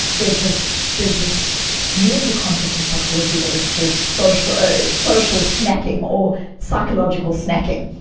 there's this there's this beautiful concept in psychology that is called social ah social snacking or psychological snacking.